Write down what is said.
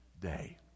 day